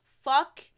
Fuck